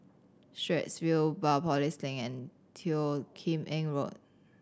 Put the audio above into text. Straits View Biopolis Link and Teo Kim Eng Road